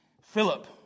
Philip